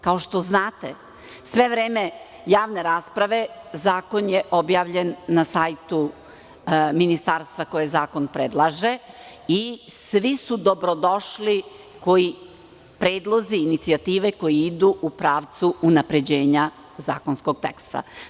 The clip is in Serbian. Kao što znate, sve vreme javne rasprave zakon je objavljen na sajtu ministarstva koji zakon predlaže i svi su dobro došli, predlozi i inicijative koje idu u pravcu unapređenja zakonskog teksta.